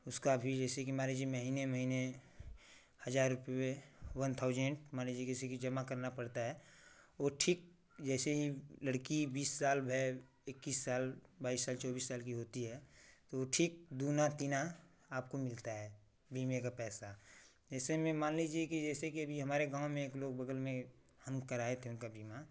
उसका भी जैसे कि मान लीजिए महीने महीने हजार रूपए वन थाउजेंड मान लीजिए किसी की जमा करना पड़ता है ओ ठीक जैसे ही लड़की बीस साल इक्कीस साल बाईस साल चौबीस साल की होती है तो ठीक दूना तीगुना आपको मिलता है बीमे का पैसा ऐसे में मान लीजिए की जैसे कि अभी हमारे गाँव में एक लोग बगल में हम कराएँ थे उनका बीमा